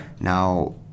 now